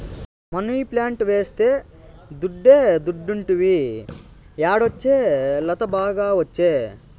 money plant వేస్తే దుడ్డే దుడ్డంటివి యాడొచ్చే లత, బాగా ఒచ్చే